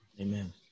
Amen